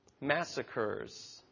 massacres